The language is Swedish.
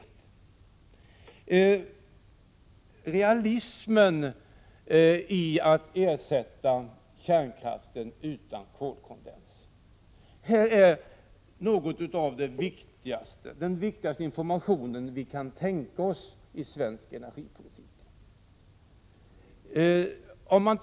Att det är realistiskt att ersätta kärnkraften utan kolkondens, anser jag vara den viktigaste information vi kan ge i fråga om svensk energipolitik.